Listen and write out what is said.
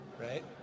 Right